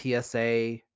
TSA